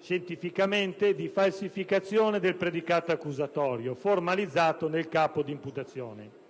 scientificamente, di falsificazione del predicato accusatorio, formalizzato nel capo di imputazione.